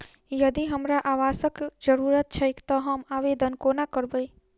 यदि हमरा आवासक जरुरत छैक तऽ हम आवेदन कोना करबै?